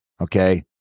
Okay